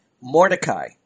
Mordecai